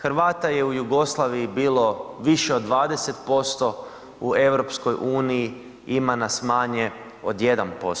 Hrvata je u Jugoslaviji bilo više od 20%, u EU ima nas manje od 1%